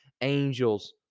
angels